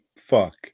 fuck